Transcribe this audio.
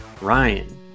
Ryan